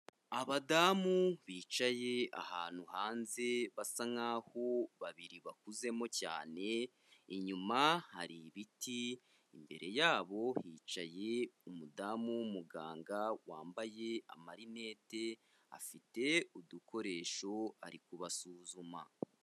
Abadamu bicaye ahantu hanze basa nkaho babiri bakuzemo cyane, inyuma hari ibiti, imbere yabo hicaye umudamu w'umuganga wambaye amarinete. Afite udukoresho ari kubasuzuma.